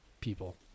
people